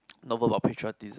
know more about patriotism